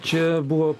čia buvo